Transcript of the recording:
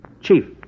Chief